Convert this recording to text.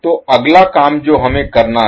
तो अगला काम जो हमें करना है